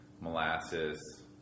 Molasses